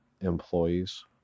employees